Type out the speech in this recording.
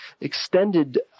extended